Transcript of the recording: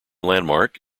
landmark